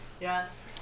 Yes